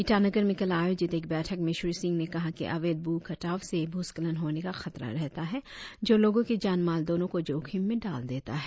ईटानगर में कल आयोजित एक बैठक में श्री सिंह ने कहा की अवैध भु कटाव से भूस्खलन होने का खतरा रहता है जो लोगो के जान माल दोनो को जोखिम में डाल देता है